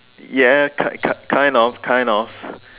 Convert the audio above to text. ya kind kind kind of kind of